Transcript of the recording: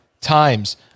times